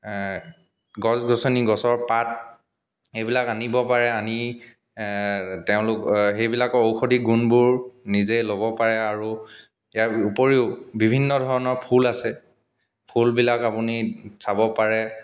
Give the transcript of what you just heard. গছ গছনি গছৰ পাত এইবিলাক আনিব পাৰে আনি তেওঁলোক সেইবিলাকৰ ঔষধি গুণবোৰ নিজে ল'ব পাৰে আৰু ইয়াৰ উপৰিও বিভিন্ন ধৰণৰ ফুল আছে ফুলবিলাক আপুনি চাব পাৰে